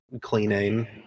cleaning